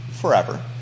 forever